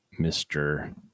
Mr